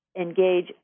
engage